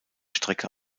strecke